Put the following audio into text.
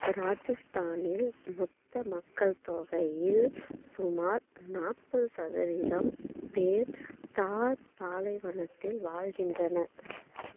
ராஜஸ்தானில் மொத்த மக்கள் தொகையில் சுமார் நாற்பது சதவீதம் பேர் தார் பாலைவனத்தில் வாழ்கின்றனர்